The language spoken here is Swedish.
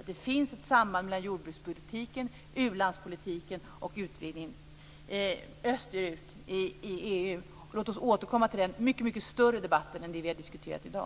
att det finns ett samband mellan jordbrukspolitiken, u-landspolitiken och utvidgningen av EU österut. Låt oss återkomma till den debatten som är mycket större än det vi har diskuterat i dag.